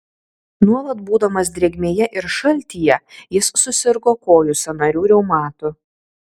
nuolat būdamas drėgmėje ir šaltyje jis susirgo kojų sąnarių reumatu